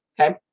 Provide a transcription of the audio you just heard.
okay